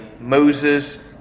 Moses